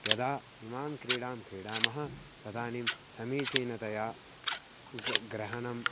यदा इमां क्रीडां क्रीडामः तदानीं समीचीनतया ग् ग्रहणं